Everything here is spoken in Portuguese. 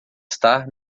estar